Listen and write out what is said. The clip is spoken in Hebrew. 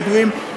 בדואים,